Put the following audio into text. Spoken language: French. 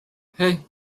hey